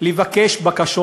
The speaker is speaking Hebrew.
לבקש בקשות